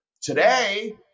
Today